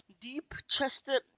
deep-chested